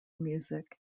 music